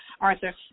Arthur